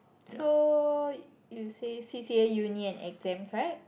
so you say C_C_A uni and exams right